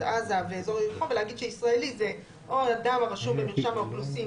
עזה ואזור יריחו" ולהגיד ש"ישראלי" הוא או "אדם הרשום במרשם האוכלוסין,